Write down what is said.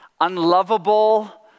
unlovable